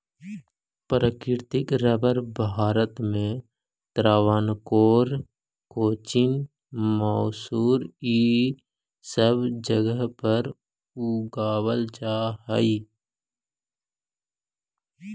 प्राकृतिक रबर भारत में त्रावणकोर, कोचीन, मैसूर इ सब जगह पर उगावल जा हई